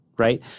Right